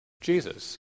Jesus